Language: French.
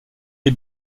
les